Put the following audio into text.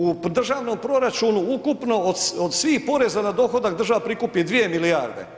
U državnom proračunu ukupno od svih poreza na dohodak država prikupi 2 milijarde.